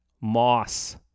Moss